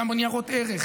גם בניירות ערך,